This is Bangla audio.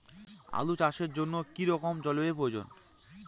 আলু চাষের জন্য কি রকম জলবায়ুর প্রয়োজন?